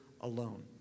alone